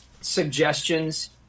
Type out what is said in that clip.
suggestions